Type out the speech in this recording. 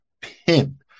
pimp